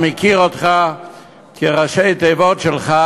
המכיר אותך כראשי תיבות שלך,